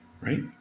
Right